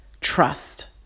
trust